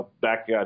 back